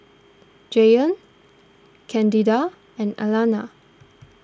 Jaylon Candida and Alanna